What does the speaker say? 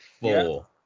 four